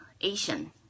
Asian